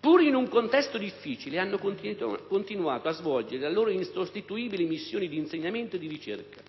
Pur in un contesto difficile, hanno continuato a svolgere la loro insostituibile missione di insegnamento e di ricerca